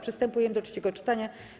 Przystępujemy do trzeciego czytania.